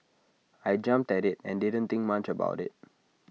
I jumped at IT and didn't think much about IT